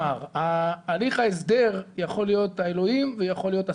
הליך ההסדר יכול להיות האלוהים ויכול להיות השטן.